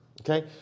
Okay